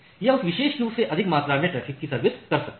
यह उस विशेष क्यू से अधिक मात्रा में ट्रैफिक की सर्विस कर सकता है